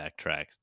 backtracks